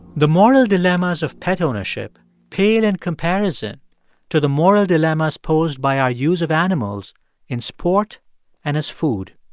the moral dilemmas of pet ownership pale in comparison to the moral dilemmas posed by our use of animals in sport and as food.